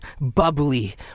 bubbly